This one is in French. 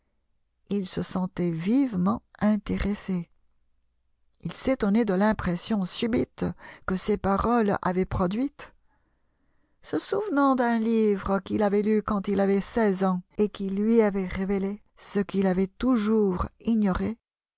il se sentait vivement intéressé il s'étonnait de l'impression subite que ses paroles avaient produite se souvenant d'un livre qu'il avait lu quand il avait seize ans et qui lui avait révélé ce qu'il avait toujours ignoré